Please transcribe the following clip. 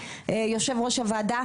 יושב-ראש הוועדה,